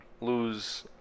lose